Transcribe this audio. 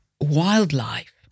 wildlife